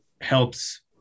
helps